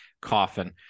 coffin